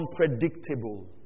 unpredictable